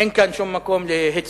אין כאן שום מקום להצטדק.